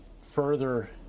further